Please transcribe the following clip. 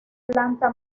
planta